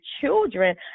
children